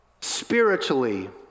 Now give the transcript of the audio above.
spiritually